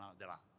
della